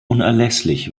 unerlässlich